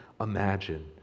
imagine